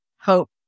hope